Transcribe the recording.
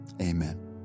amen